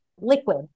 liquid